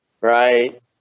right